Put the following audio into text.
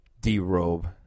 de-robe